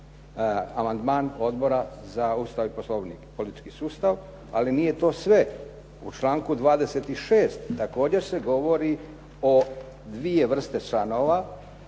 amandman Odbora za Ustav i Poslovnik i politički sustav. Ali nije to sve. U članku 26. također se govori o dvije vrste članova,